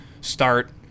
start